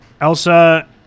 Elsa